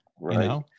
Right